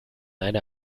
eine